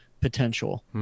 potential